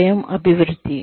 స్వయం అభివృద్ధి